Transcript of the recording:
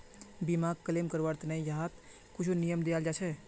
बीमाक क्लेम करवार त न यहात कुछु नियम दियाल जा छेक